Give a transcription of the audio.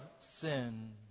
sin